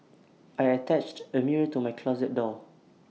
I attached A mirror to my closet door